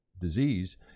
disease